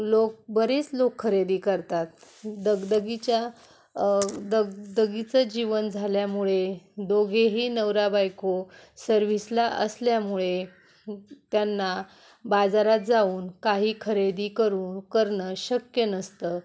लोक बरीच लोक खरेदी करतात दगदगीच्या दगदगीचं जीवन झाल्यामुळे दोघेही नवरा बायको सर्विसला असल्यामुळे त्यांना बाजारात जाऊन काही खरेदी करून करणं शक्य नसतं